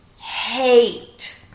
hate